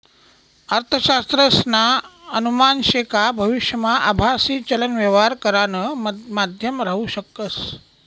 अर्थशास्त्रज्ञसना अनुमान शे का भविष्यमा आभासी चलन यवहार करानं माध्यम राहू शकस